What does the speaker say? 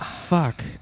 Fuck